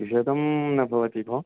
द्विशतं न भवति भोः